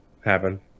happen